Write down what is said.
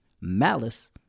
malice